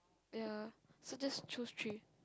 ya so I just choose three